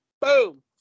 Boom